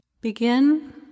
Begin